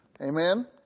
Amen